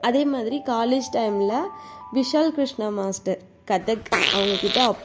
அதே மாதிரி காலேஜ் டைம்மில் விஷால் கிருஷ்ணா மாஸ்டர் கதக் அவங்கக்கிட்ட